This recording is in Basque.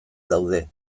daude